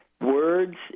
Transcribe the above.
words